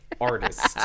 artist